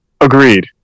Agreed